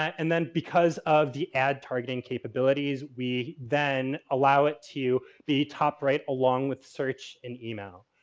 and then because of the ad targeting capabilities we then allow it to the top right along with search and email.